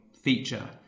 feature